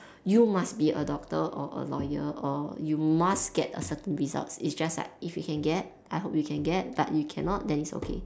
you must be a doctor or a lawyer or you must get a certain results is just like if you can get I hope you can get but if you cannot then it's okay